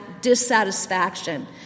dissatisfaction